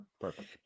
Perfect